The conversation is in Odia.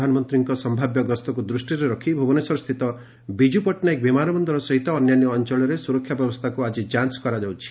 ପ୍ରଧାନମନ୍ତୀଙ୍କ ସମ୍ଭାବ୍ୟ ଗସ୍ତକୁ ଦୂଷ୍ଟିରେ ରଖ୍ ଭୁବନେଶ୍ୱରସ୍ଥିତ ବିଜୁ ପଟ୍ଟନାୟକ ବିମାନ ବନ୍ଦର ସହିତ ଅନ୍ୟାନ୍ୟ ଅଞ୍ଞଳରେ ସୁରକ୍ଷା ବ୍ୟବସ୍କୁ ଆକି ଯାଞ୍ କରାଯାଉଛି